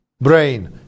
brain